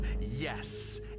Yes